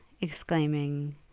exclaiming